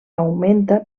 augmenta